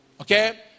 Okay